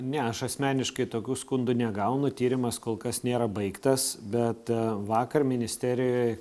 ne aš asmeniškai tokių skundų negaunu tyrimas kol kas nėra baigtas bet vakar ministerijoj